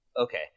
okay